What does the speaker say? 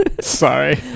sorry